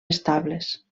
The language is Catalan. estables